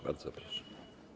Bardzo proszę.